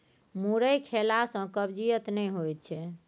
मुरइ खेला सँ कब्जियत नहि होएत छै